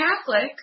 Catholic